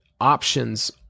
options